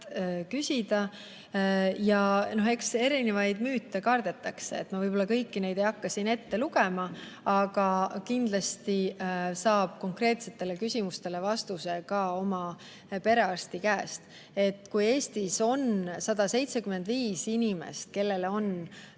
uurida. Ja eks on erinevaid müüte, ma võib-olla kõiki neid ei hakka siin ette lugema. Kindlasti saab konkreetsetele küsimustele vastuse ka oma perearsti käest. Eestis on 175 inimest, kellele on